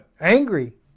angry